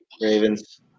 Ravens